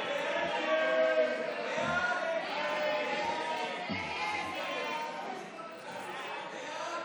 ההסתייגות של שר הבריאות יולי יואל אדלשטיין